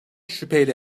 şüpheyle